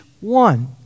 one